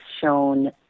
shown